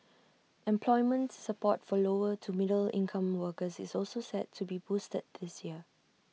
employment support for lower to middle income workers is also set to be boosted this year